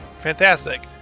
fantastic